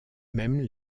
même